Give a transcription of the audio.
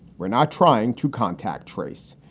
we're not trying to contact trace.